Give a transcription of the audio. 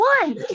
one